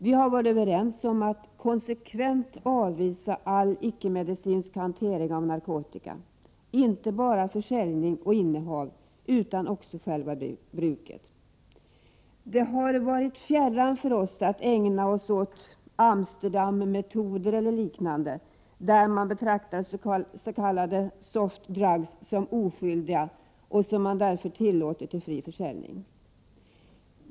Vi har varit överens om att konsekvent avvisa all icke-medicinsk hantering av narkotika, inte bara försäljning och innehav utan också själva bruket. Det har varit oss fjärran att ägna oss åt Amsterdam-metoder och liknande, där man betraktar s.k. soft drugs som oskyldiga och som man därför tillåter fri försäljning av.